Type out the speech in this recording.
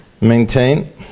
maintain